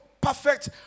perfect